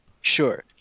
Sure